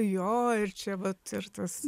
jo ir čia vat ir tas